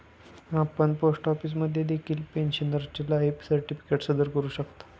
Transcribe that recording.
आपण पोस्ट ऑफिसमध्ये देखील पेन्शनरचे लाईफ सर्टिफिकेट सादर करू शकता